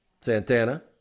Santana